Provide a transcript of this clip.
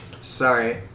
Sorry